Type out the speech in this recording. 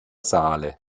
saale